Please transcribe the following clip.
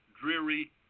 dreary